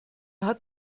hat